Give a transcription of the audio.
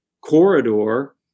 Corridor